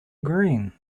green